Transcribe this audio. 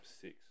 six